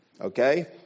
Okay